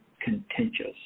contentious